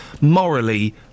morally